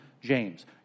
James